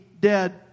dead